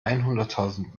einhunderttausend